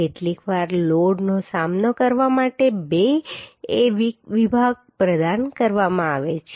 કેટલીકવાર લોડનો સામનો કરવા માટે બે I વિભાગો પ્રદાન કરવામાં આવે છે